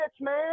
man